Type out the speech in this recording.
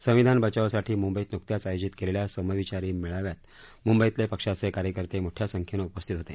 संविधान बचावासाठी मुंबईत नुकत्याच आयोजित केलेल्या समविचारी मेळाव्यात मुंबईतले पक्षाचे कार्यकर्ते मोठ्या संख्येनं उपस्थित होते